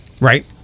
right